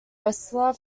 wrestler